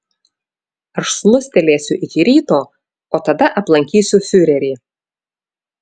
aš snustelėsiu iki ryto o tada aplankysiu fiurerį